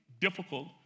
difficult